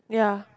yeah